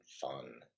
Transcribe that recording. fun